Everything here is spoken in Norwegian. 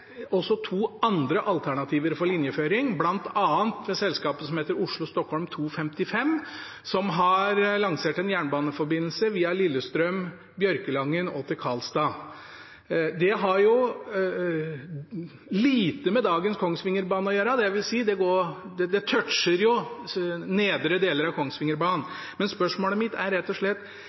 også lansert to andre alternativer for linjeføring, bl.a. selskapet som heter Oslo–Stockholm 2:55, som har lansert en jernbaneforbindelse via Lillestrøm, Bjørkelangen og Karlstad. Det har lite med dagens Kongsvingerbane å gjøre, dvs. det toucher jo nedre deler av Kongsvingerbanen. Spørsmålet mitt er rett og slett: